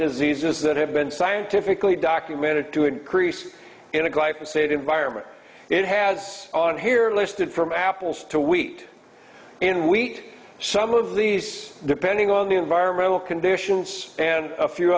diseases that have been scientifically documented to increase in a glass of state environment it has on here listed from apples to wheat and wheat some of these depending on the environmental conditions and a few